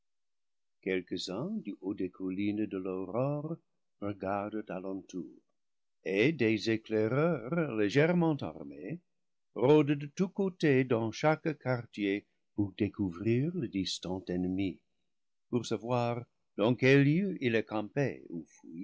quelques-uns du haut des collines de l'aurore regardent à l'entour et des éclaireurs légèrement armés rôdent de tous côtés dans chaque quartier pour découvrir le distant ennemi pour savoir dans quel lieu il a campé